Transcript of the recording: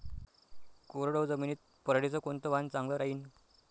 कोरडवाहू जमीनीत पऱ्हाटीचं कोनतं वान चांगलं रायीन?